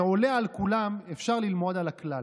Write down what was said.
שעולה על כולם, אפשר ללמוד על הכלל,